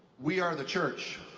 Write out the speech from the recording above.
we are the church,